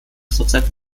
prozent